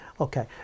Okay